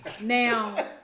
Now